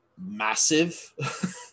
massive